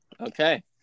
Okay